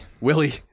Willie